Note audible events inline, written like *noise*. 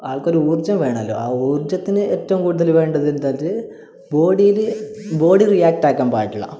ആൾക്കൊരു ഊർജ്ജം വേണമല്ലോ ആ ഊർജ്ജത്തിന് ഏറ്റവും കൂടുതൽ വേണ്ടത് എന്താ *unintelligible* ബോഡിയിൽ ബോഡി റിയാക്ടാക്കാൻ പാടില്ല